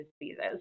diseases